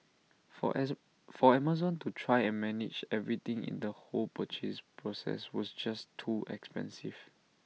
for for Amazon to try and manage everything in the whole purchase process was just too expensive